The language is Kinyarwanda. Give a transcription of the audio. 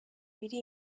biri